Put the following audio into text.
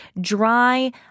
dry